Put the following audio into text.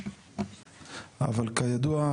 אבל כידוע,